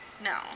No